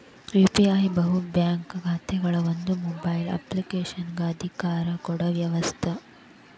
UPI ಬಹು bank ಖಾತೆಗಳನ್ನ ಒಂದ ಮೊಬೈಲ್ ಅಪ್ಲಿಕೇಶನಗ ಅಧಿಕಾರ ಕೊಡೊ ವ್ಯವಸ್ತ